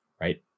right